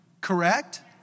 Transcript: Correct